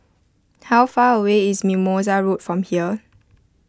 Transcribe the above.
how far away is Mimosa Road from here